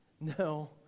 No